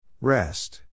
Rest